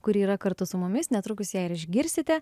kuri yra kartu su mumis netrukus ją ir išgirsite